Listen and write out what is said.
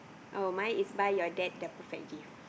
our mind is buy your dad the perfect gift